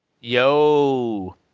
Yo